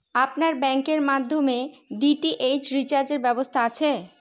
আপনার ব্যাংকের মাধ্যমে ডি.টি.এইচ রিচার্জের ব্যবস্থা আছে?